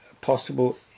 possible